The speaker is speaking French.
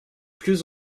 plus